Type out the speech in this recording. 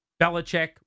Belichick